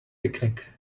picnic